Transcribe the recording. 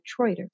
Detroiters